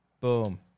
Boom